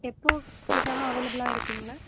எப்போது கேட்டாலும் அவைலபிளாக இருப்பீங்களா